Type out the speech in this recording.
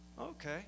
Okay